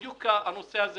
בדיוק הנושא הזה